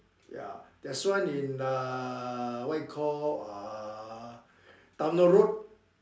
ya there's one in uh what you call uh Towner road